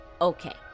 Okay